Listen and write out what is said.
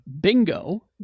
Bingo